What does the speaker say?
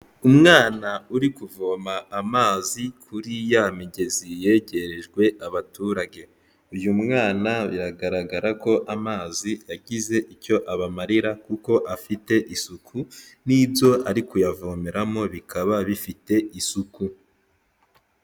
Umwana uri kuvoma amazi kuri ya migezi yegerejwe abaturage. Uyu mwana biragaragara ko amazi yagize icyo abamarira kuko afite isuku, n'ibyo ari kuyavomeramo bikaba bifite isuku.